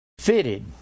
Fitted